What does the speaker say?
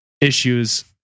issues